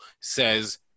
says